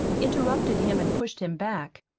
interrupted him, and pushed him back.